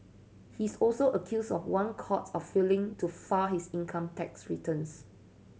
he is also accused of one count of failing to file his income tax returns